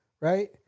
Right